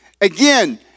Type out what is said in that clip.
Again